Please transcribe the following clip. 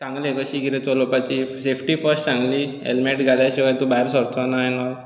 सांगलें कशी किदें चलोवपाची सेफ्टी फर्स्ट सांगली हॅलमॅट घाल्या शिवाय तूं भायर सरचो ना एन औल